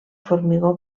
formigó